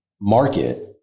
market